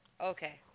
Okay